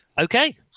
Okay